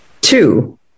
two